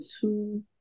two